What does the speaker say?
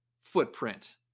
footprint